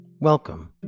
Welcome